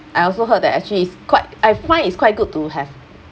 I also heard that actually it's quite I find it's quite good to have